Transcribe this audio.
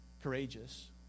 courageous